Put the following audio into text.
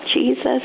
Jesus